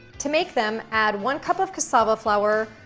to make them, add one cup of cassava flour,